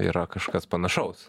yra kažkas panašaus